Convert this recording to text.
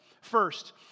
First